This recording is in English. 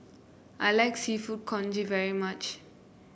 I like seafood congee very much